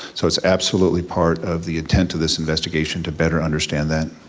so it's absolutely part of the intent of this investigation to better understand that.